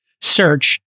search